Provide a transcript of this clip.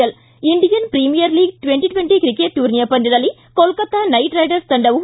L Indian Premier League T twenty cricket ಟೂರ್ನಿಯ ಪಂದ್ದದಲ್ಲಿ Kolkata Knight Riders ತಂಡವು